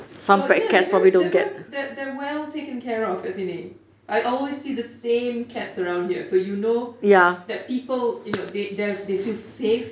so you know they were they were they're they're well taken care of kat sini I always see the same cats around here so you know that people that they feel safe